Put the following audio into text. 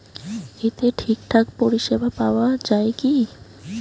এতে ঠিকঠাক পরিষেবা পাওয়া য়ায় কি?